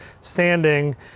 standing